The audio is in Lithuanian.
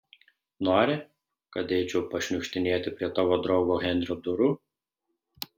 nori kad eičiau pašniukštinėti prie tavo draugo henrio durų